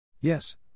Yes